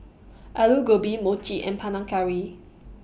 Alu Gobi Mochi and Panang Curry